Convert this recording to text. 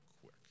quick